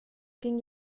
ging